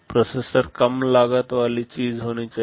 processor कम लागत वाली चीज होनी चाहिए